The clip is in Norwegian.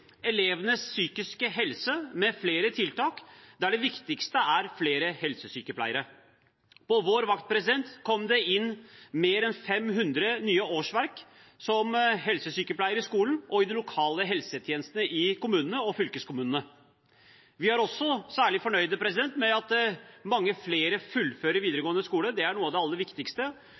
elevenes psykiske helse med flere tiltak, der det viktigste er flere helsesykepleiere. På vår vakt kom det inn mer enn 500 nye årsverk med helsesykepleiere i skolen og i de lokale helsetjenestene i kommunene og fylkeskommunene. Vi er også særlig fornøyd med at mange flere fullfører videregående skole – det er noe av det aller viktigste